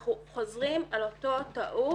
ואנחנו חוזרים על אותה הטעות